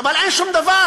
אבל אין שום דבר,